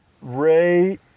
Ray